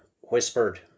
whispered